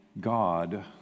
God